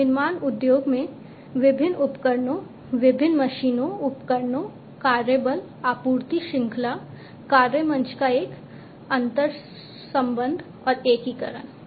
विनिर्माण उद्योग में विभिन्न उपकरणों विभिन्न मशीनों उपकरणों कार्यबल आपूर्ति श्रृंखला कार्य मंच का एक अंतर्संबंध और एकीकरण